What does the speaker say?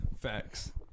Facts